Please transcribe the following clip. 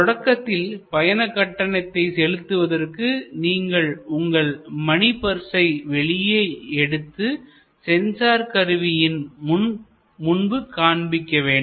தொடக்கத்தில் பயண கட்டணத்தை செலுத்துவதற்கு நீங்கள் உங்கள் மணி பர்சை வெளியே எடுத்து சென்சார் கருவியின் முன்பு காண்பிக்க வேண்டும்